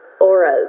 auras